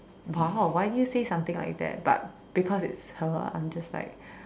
!wow! why did you say something like that but because it's her I'm just like